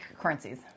currencies